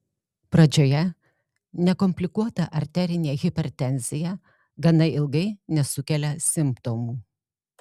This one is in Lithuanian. pradžioje nekomplikuota arterinė hipertenzija gana ilgai nesukelia simptomų